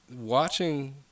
watching